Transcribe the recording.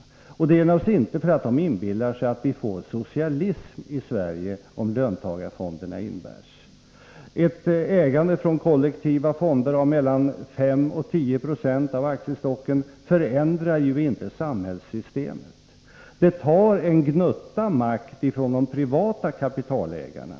Det är naturligtvis inte därför att de inbillar sig att vi får socialism i Sverige om löntagarfonderna införs. Ett ägande från kollektiva fonder av mellan fem och tio procent av aktiestocken förändrar inte samhällssystemet. Det tar en gnutta makt från de privata kapitalägarna.